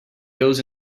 goes